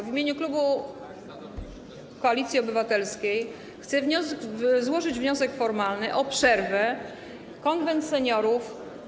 W imieniu klubu Koalicji Obywatelskiej chcę złożyć wniosek formalny o przerwę, o zwołanie Konwentu Seniorów.